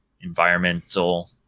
environmental